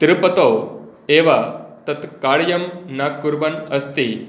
तिरुपतौ एव तत् कार्यं न कुर्वन् अस्ति